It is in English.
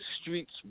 streets